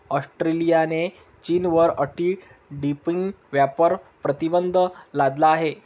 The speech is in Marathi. ऑस्ट्रेलियाने चीनवर अँटी डंपिंग व्यापार प्रतिबंध लादला आहे